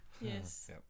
yes